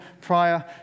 prior